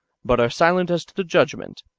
but are silent as to the judgment,